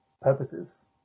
purposes